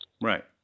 Right